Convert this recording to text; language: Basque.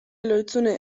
lohizune